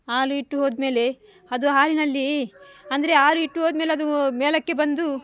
ಹಾಲು ಇಟ್ಟು ಹೋದಮೇಲೆ ಅದು ಹಾಲಿನಲ್ಲಿ ಅಂದರೆ ಹಾಲು ಇಟ್ಟು ಹೋದ್ಮೇಲೆ ಅದು ಮೇಲಕ್ಕೆ ಬಂದು